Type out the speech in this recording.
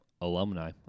alumni